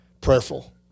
prayerful